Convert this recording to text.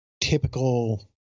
typical